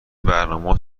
برنامهها